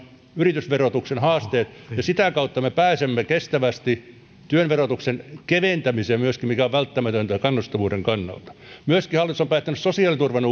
yritysverotuksen haasteet myöskin sitä kautta me pääsemme kestävästi työn verotuksen keventämiseen mikä on välttämätöntä kannustavuuden kannalta hallitus on myöskin päättänyt sosiaaliturvan